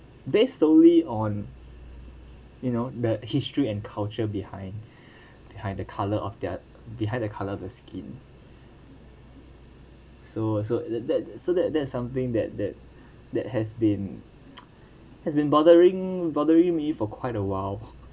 based solely on you know the history and culture behind behind the colour of their behind the colour of the skin so so that that so that that something that that that has been has been bothering bothering me for quite a while